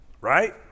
Right